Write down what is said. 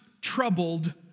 troubled